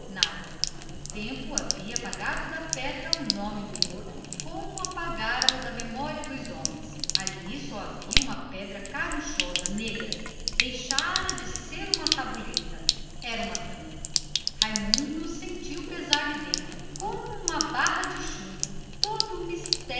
nada o tempo apagara da pedra o nome de seu pai ali só havia um pedaço de mármore carunchoso e negro deixara de ser uma tabuleta era uma tampa o rapaz sentiu então mais do que nunca pesar lhe dentro dalma como uma barra de chumbo todo